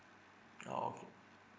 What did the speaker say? oh okay